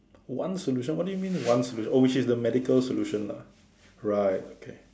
one solution what do you mean one solution oh which is the medical solution lah right okay